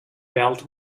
belt